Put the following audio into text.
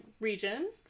region